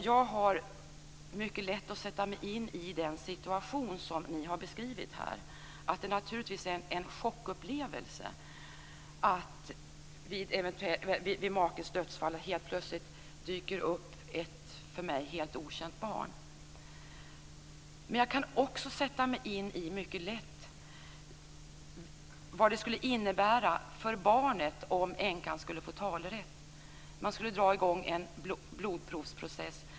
Jag har mycket lätt att sätta mig in i den situation som ni har beskrivit här. Det är naturligtvis en chockupplevelse om det vid makens dödsfall helt plötsligt dyker upp ett helt okänt barn. Men jag kan också mycket lätt sätta mig in i vad det skulle innebära för barnet om änkan skulle få talerätt. Man skulle dra i gång en blodprovsprocess.